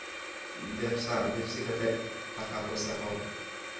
ᱵᱮᱵᱽᱥᱟ ᱵᱮᱵᱽᱥᱤ ᱠᱟᱛᱮᱜ ᱴᱟᱠᱟ ᱯᱚᱭᱥᱟ ᱠᱚ